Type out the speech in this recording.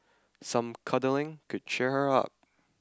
some cuddling could cheer her up